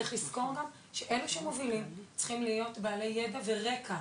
צריך לזכור גם שאלו שמובילים צריכים להיות בעלי ידע ורקע